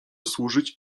służyć